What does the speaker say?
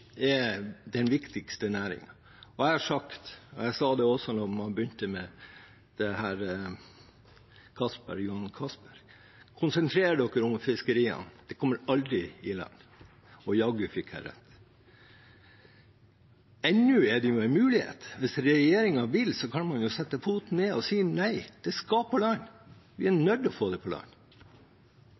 er den viktigste næringen. Jeg har sagt – jeg sa det også da man begynte med Johan Castberg – at man skulle konsentrere seg om fiskeriene, for oljen kom aldri til å komme i land. Jaggu fikk jeg rett. Men det er ennå en mulighet. Hvis regjeringen vil, kan den sette foten ned og si: Nei, den skal på land. Vi er nødt til å få den på land.